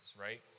right